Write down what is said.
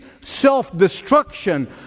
self-destruction